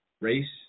race